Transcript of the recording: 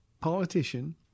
politician